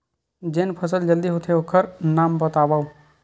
जेन फसल जल्दी होथे ओखर नाम बतावव?